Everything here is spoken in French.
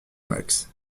max